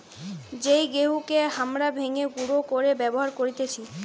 যেই গেহুকে হামরা ভেঙে গুঁড়ো করে ব্যবহার করতেছি